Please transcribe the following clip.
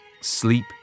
sleep